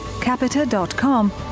capita.com